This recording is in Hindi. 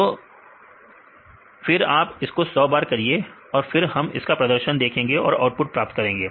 तो फिर आप उसको सौ बार करिए फिर हम इसका प्रदर्शन देखेंगे और आउटपुट प्राप्त करेंगे